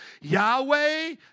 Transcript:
Yahweh